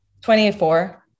24